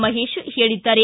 ಮಹೇಶ್ ಹೇಳಿದ್ದಾರೆ